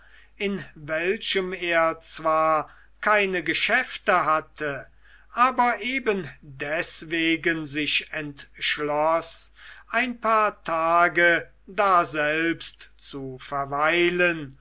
in welchem er zwar keine geschäfte hatte aber eben deswegen sich entschloß ein paar tage daselbst zu verweilen